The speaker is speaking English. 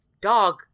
dog